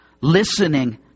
listening